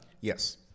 Yes